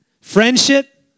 Friendship